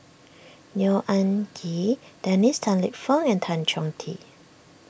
Neo Anngee Dennis Tan Lip Fong and Tan Chong Tee